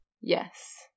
Yes